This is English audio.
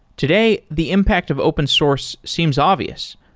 today, the impact of open source seems obvious.